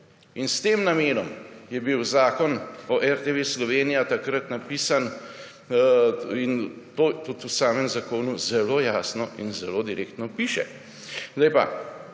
S tem namenom je bil Zakon o RTV Slovenija takrat napisan. In to tudi v samem zakonu zelo jasno in zelo direktno piše.